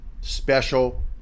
special